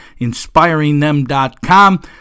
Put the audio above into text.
inspiringthem.com